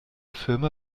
firma